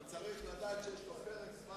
הוא צריך לדעת שיש לו פרק זמן,